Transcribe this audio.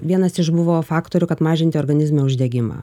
vienas iš buvo faktorių kad mažinti organizmo uždegimą